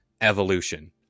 evolution